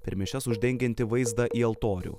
per mišias uždengianti vaizdą į altorių